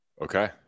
Okay